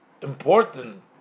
important